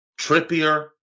Trippier